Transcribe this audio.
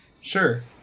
Sure